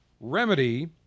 remedy